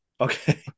okay